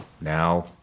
now